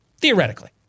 theoretically